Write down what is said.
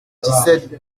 sept